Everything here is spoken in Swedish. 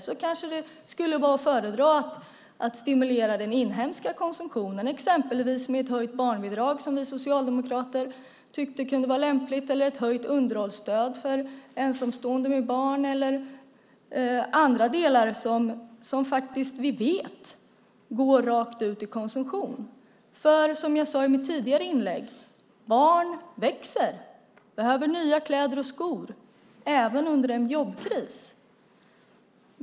Då kanske det skulle vara att föredra att stimulera den inhemska konsumtionen, exempelvis med ett höjt barnbidrag som vi socialdemokrater tycker kunde vara lämpligt eller ett höjt underhållsstöd för ensamstående med barn eller andra delar som vi faktiskt vet går rakt ut i konsumtion. För som jag sade i mitt tidigare inlägg: Barn växer och behöver nya kläder och skor även under en jobbkris.